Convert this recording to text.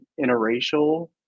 interracial